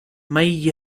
may